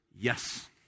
yes